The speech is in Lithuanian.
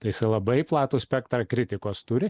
tai isai labai platų spektrą kritikos turi